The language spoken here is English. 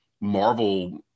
Marvel